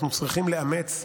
אנחנו צריכים לאמץ,